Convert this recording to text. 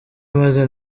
maze